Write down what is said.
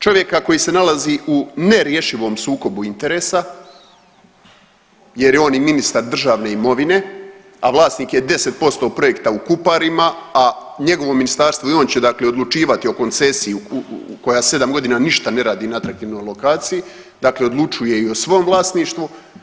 Čovjeka koji se nalazi u nerješivom sukobu interesa jer je on i ministar državne imovine, a vlasnik je 10% projekta u Kuparima, a njegovo je ministarstvo i on će odlučivati o koncesiji koja sedam godina ništa ne radi na atraktivnoj lokaciji, dakle odlučuje i o svom vlasništvu.